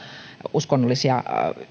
uskonnollisia